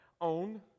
own